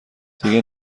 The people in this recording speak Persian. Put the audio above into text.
دیگه